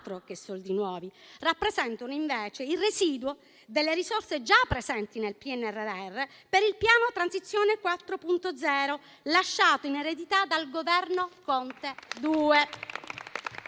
che soldi nuovi: rappresentano, invece, il residuo delle risorse già presenti nel PNRR per il piano Transizione 4.0 lasciato in eredità dal Governo Conte II